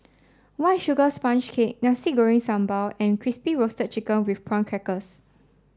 white sugar sponge cake Nasi Goreng Sambal and Crispy Roasted Chicken with Prawn Crackers